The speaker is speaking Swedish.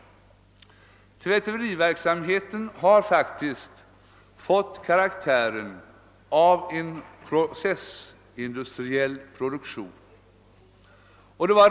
Tvätteriverksamheten har faktiskt fått karaktären av en processindustriell produktion.